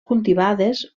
cultivades